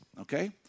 okay